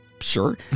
Sure